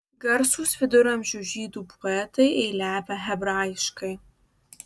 garsūs viduramžių žydų poetai eiliavę hebrajiškai